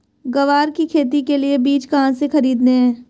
ग्वार की खेती के लिए बीज कहाँ से खरीदने हैं?